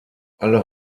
alle